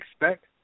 expect